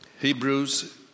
Hebrews